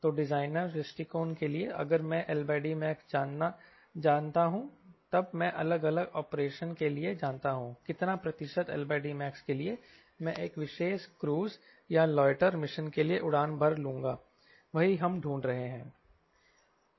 तो डिजाइनर दृष्टिकोण के लिए अगर मैं LDmax जानता हूं तब मैं अलग अलग ऑपरेशन के लिए जानता हूं कितना प्रतिशत LDmax के लिए मैं एक विशेष क्रूस या लाइटर मिशन के लिए उड़ान भर लूंगा वही हम ढूंढ रहे हैं